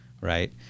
right